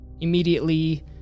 Immediately